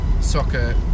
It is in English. soccer